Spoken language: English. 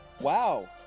Wow